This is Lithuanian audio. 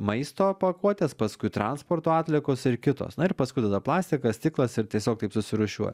maisto pakuotės paskui transporto atliekos ir kitos na ir paskui tada plastikas stiklas ir tiesiog taip surūšiuoj